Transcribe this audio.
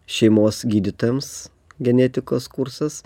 šeimos gydytojams genetikos kursas